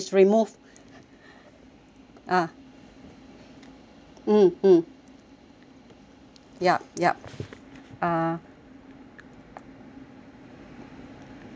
ah mm mm yup yup uh